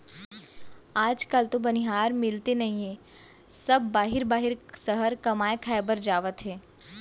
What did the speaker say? आज काल तो बनिहार मिलते नइए सब बाहिर बाहिर सहर कमाए खाए बर जावत हें